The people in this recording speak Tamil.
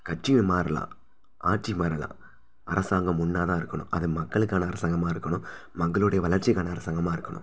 கட்சிகள் மாறலாம் ஆட்சி மாறலாம் அரசாங்கம் ஒன்னாக தான் இருக்கணும் அது மக்களுக்கான அரசாங்கமாக இருக்கணும் மக்களோடைய வளர்ச்சிக்கான அரசாங்கமாக இருக்கணும்